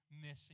Missing